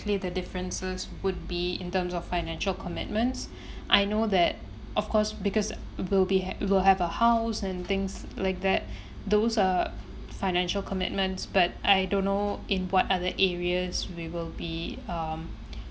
the differences would be in terms of financial commitments I know that of course because it will be we will have a house and things like that those are financial commitments but I don't know in what other areas we will be um